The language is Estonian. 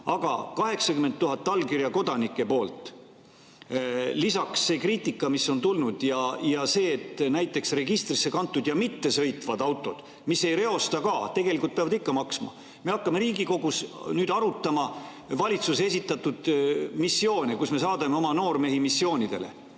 Aga 80 000 allkirja kodanikelt, lisaks see kriitika, mis on tulnud, ja see, et näiteks registrisse kantud ja mitte sõitvate autode eest, mis ei reosta ka, tegelikult peab ikka maksma. Me hakkame Riigikogus nüüd arutama valitsuse esitatud missioone, kus me saadame oma noormehi missioonidele.